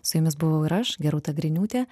su jumis buvau ir aš gerūta griniūtė